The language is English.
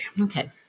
Okay